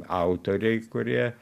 autoriai kurie